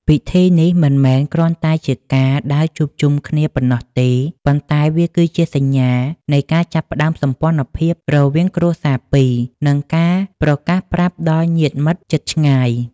ពិធីនេះមិនមែនគ្រាន់តែជាការដើរជួបជុំគ្នាប៉ុណ្ណោះទេ ប៉ុន្តែវាគឺជាសញ្ញាណនៃការចាប់ផ្តើមសម្ពន្ធភាពរវាងគ្រួសារពីរ និងការប្រកាសប្រាប់ដល់ញាតិមិត្តជិតឆ្ងាយ